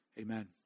Amen